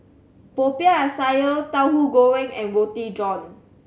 Popiah Sayur Tahu Goreng and Roti John